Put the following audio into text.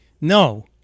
no